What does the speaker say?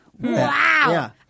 Wow